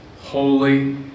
Holy